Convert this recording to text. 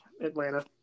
Atlanta